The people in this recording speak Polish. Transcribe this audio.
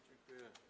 Dziękuję.